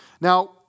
Now